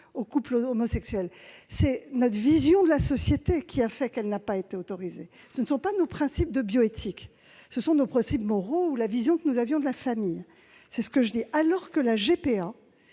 aux couples homosexuels. C'est notre vision de la société qui a fait qu'elle n'a pas été autorisée, et non nos principes de bioéthique. Ce sont nos principes moraux ou la vision que nous avions de la famille. Au contraire, la GPA